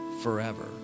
forever